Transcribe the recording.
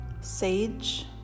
Sage